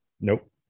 Nope